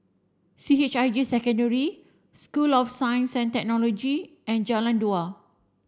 C H I J Secondary School of Science and Technology and Jalan Dua